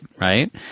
right